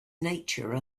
nature